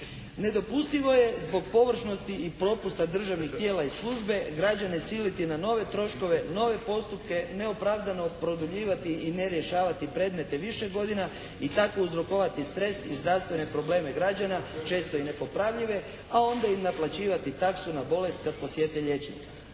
Nedopustivo je zbog površnosti i propusta državnih tijela i službe, građane siliti na nove troškove, nove postupke, neopravdano produljivati i ne rješavati predmete više godina i tako uzrokovati stres i zdravstvene probleme građana, često i nepopravljive. A onda im naplaćivati taksu na bolest te posjete liječnika.